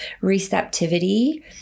receptivity